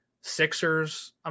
Sixers